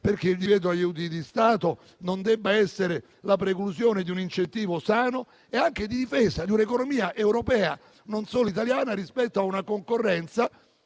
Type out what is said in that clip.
perché il divieto sugli aiuti di Stato non precluda la possibilità di un incentivo sano e anche la difesa dell'economia europea, non solo italiana, rispetto a una concorrenza